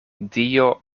dio